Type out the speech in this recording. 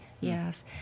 yes